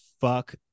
fuck